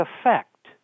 effect